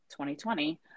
2020